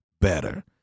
better